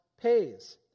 pays